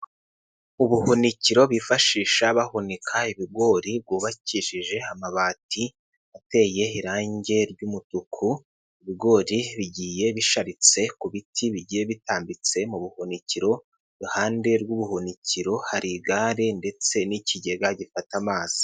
Ubuhunikiro bifashisha bahunika ibigori, bwubakishije amabati ateye irangi ry'umutuku, ibigori bigiye bisharitse ku biti bigiye bitambitse mu buhunikiro, iruhande rw'ubuhunikiro hari igare ndetse n'ikigega gifata amazi.